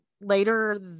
Later